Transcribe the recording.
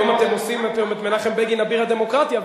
היום אתם עושים את מנחם בגין אביר הדמוקרטיה,